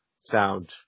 sound